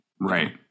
Right